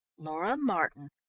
laura martin.